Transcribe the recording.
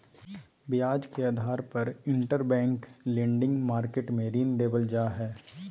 ब्याज के आधार पर इंटरबैंक लेंडिंग मार्केट मे ऋण देवल जा हय